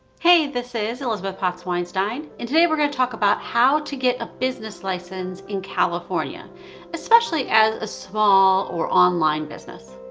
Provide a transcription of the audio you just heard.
hey this is elizabeth potts weinstein and today we're going to talk about how to get a business license in california especially as a small or online business